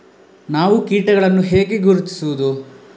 ನಾವು ಕೀಟಗಳನ್ನು ಹೇಗೆ ಗುರುತಿಸುವುದು?